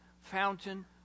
fountain